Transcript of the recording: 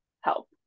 help